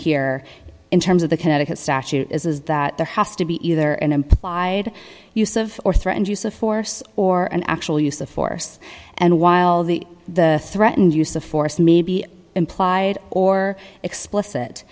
here in terms of the connecticut statute is that there has to be either an implied use of or threatened use of force or an actual use of force and while the the threatened use of force may be implied or explicit